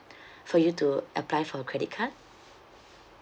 for you to apply for credit card